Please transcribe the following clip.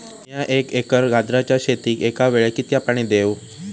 मीया एक एकर गाजराच्या शेतीक एका वेळेक कितक्या पाणी देव?